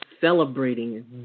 celebrating